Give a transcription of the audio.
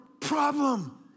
problem